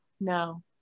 No